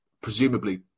presumably